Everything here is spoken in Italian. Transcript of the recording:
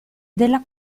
della